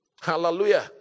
Hallelujah